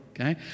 okay